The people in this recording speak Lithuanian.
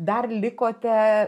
dar likote